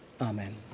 Amen